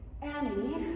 Annie